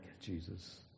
jesus